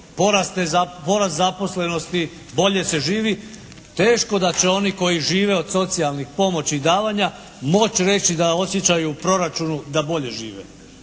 porast zaposlenosti, bolje se živi teško da će oni koji žive od socijalnih pomoći i davanja moći reći da osjećaju u proračunu da bolje žive.